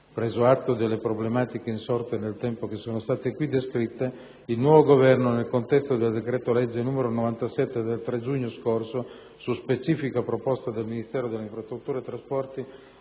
Preso atto delle problematiche insorte nel tempo che sono state qui descritte, il nuovo Governo, nel contesto del decreto-legge n. 97 del 3 giugno scorso, su specifica proposta del Ministero delle infrastrutture e dei trasporti,